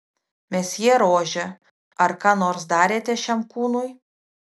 mesjė rožė ar ką nors darėte šiam kūnui